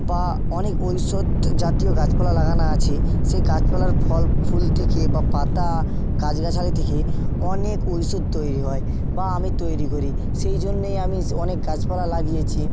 বা অনেক ঔষধ জাতীয় গাছপালা লাগানো আছে সে গাছপালার ফল ফুল থেকে বা পাতা গাছগাছালি থেকে অনেক ঔষধ তৈরি হয় বা আমি তৈরি করি সেই জন্যেই আমি অনেক গাছপালা লাগিয়েছি